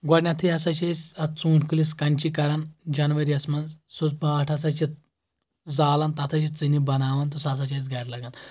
گۄڈٕنیٚتھٕے ہسا چھِ أسۍ اتھ ژوٗنٛٹھۍ کُلِس کَنچی کران جنؤری یَس منٛز سُہ اوس باٹھ ہسا چھِ زالان تَتھ حظ چھِ ژِنہِ بناوان تہٕ سُہ ہسا چھِ اسہِ گرِ لگان